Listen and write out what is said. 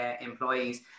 employees